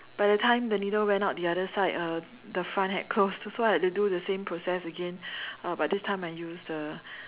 by the time the needle went out the other side uh the front head closed so I had to do the same process again uh but this time I used a